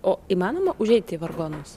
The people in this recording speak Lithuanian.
o įmanoma užeit į vargonus